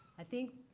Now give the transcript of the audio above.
i think,